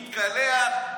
יתקלח,